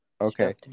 okay